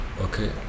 Okay